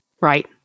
Right